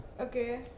Okay